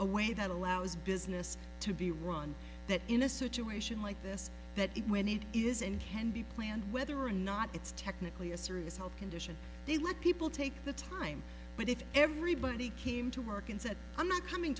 a way that allows business to be run that in a situation like this that it when it is in can be planned whether or not it's technically a serious health condition to let people take the time but if everybody came to work and said i'm not coming